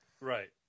right